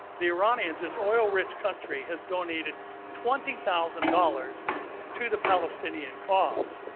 the iranians, this oil rich country, has donated twenty thousand dollars to the palestinian cause.